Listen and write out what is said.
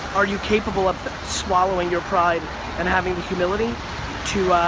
are you capable of swallowing your pride and having the humility to